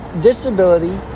Disability